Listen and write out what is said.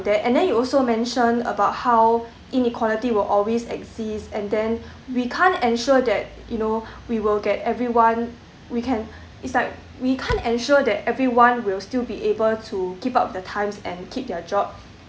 that and then you also mention about how inequality will always exist and then we can't ensure that you know we will get everyone we can it's like we can't ensure that everyone will still be able to keep up with the times and keep their job